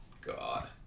God